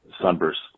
sunburst